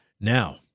Now